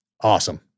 Awesome